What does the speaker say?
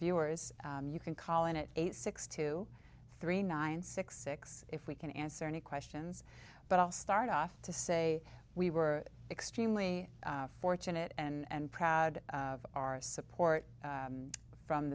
viewers you can call it eight six to three nine six six if we can answer any questions but i'll start off to say we were extremely fortunate and proud of our support from